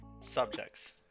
subjects